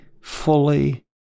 fully